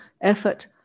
effort